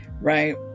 right